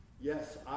yes